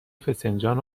فسنجان